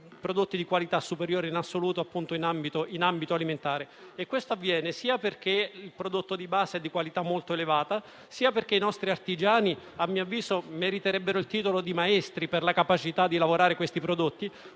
prodotti, di qualità superiore in assoluto in ambito alimentare. Questo avviene sia perché il prodotto di base è di qualità molto elevata, sia perché i nostri artigiani, a mio avviso, meriterebbero il titolo di maestri per la capacità di lavorare le materie